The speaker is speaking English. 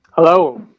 Hello